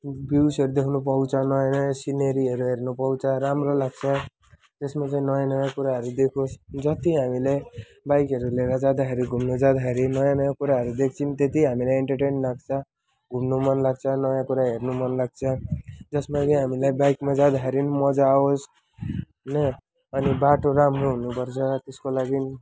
भ्यूजहरू देख्न पाउँछ नयाँ नयाँ सिनेरीहरू देख्न पाउँछ राम्रो लाग्छ त्यसमा नयाँ नयाँ कुराहरू देखोस् जति हामीले बाइकहरू लिएर जाँदाखेरि घुम्न जाँदाखेरि नयाँ नयाँ कुराहरू देख्छौँ त्यति हामीलाई इन्टरटेन लाग्छ घुम्न मन लाग्छ नयाँ कुरा हेर्न मन लाग्छ जसमा कि हामीलाई बाइकमा जाँदाखेरि नि मजा आओस् होइन अनि बाटो राम्रो हुनुपर्छ त्यसको लागि